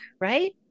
right